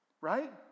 right